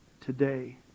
today